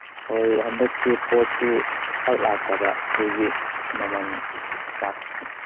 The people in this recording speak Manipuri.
ꯍꯣꯏ ꯍꯟꯗꯛꯁꯦ ꯄꯣꯠꯁꯨ ꯄꯥꯛ ꯂꯥꯛꯇꯕ ꯑꯗꯨꯒꯤ ꯃꯃꯟ